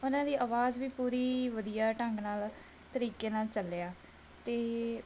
ਉਹਨਾਂ ਦੀ ਆਵਾਜ਼ ਵੀ ਪੂਰੀ ਵਧੀਆ ਢੰਗ ਨਾਲ ਤਰੀਕੇ ਨਾਲ ਚੱਲਿਆ ਅਤੇ